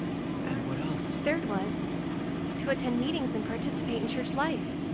and what else? third was to attend meetings and participate in church life.